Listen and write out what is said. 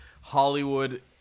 Hollywood